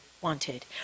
wanted